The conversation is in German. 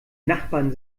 nachbarn